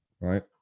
Right